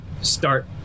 start